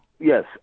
yes